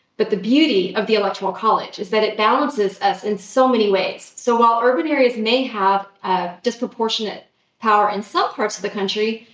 but the beauty of the electoral college is that it balances us in so many ways. so, while urban areas may have ah disproportionate power in some parts of the country.